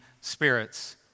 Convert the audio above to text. spirits